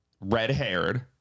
red-haired